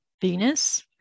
venus